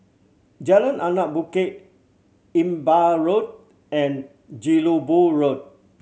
Jalan Anak Bukit Imbiah Road and Jelebu Road